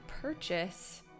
purchase